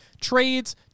trades